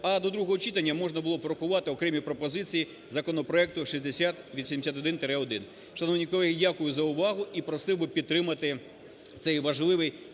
а до другого читання можна було б врахувати окремі пропозиції законопроекту 6081-1. Шановні колеги, дякую за увагу і просив би підтримати цей важливий